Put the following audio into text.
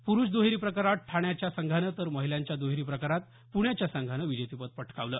पुरुष दुहेरी प्रकारात ठाण्याच्या संघानं तर महिलांच्या दुहेरी प्रकारात पुण्याच्या संघानं विजेतेपद पटकावलं